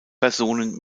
personen